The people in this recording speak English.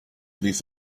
beneath